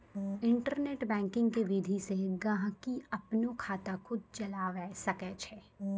internet banking के विधि से गहकि अपनो खाता खुद चलावै सकै छै